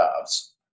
jobs